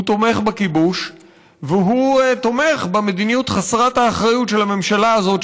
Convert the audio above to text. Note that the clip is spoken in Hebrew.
הוא תומך בכיבוש והוא תומך במדיניות חסרת האחריות של הממשלה הזאת,